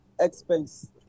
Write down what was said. expense